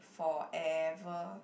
forever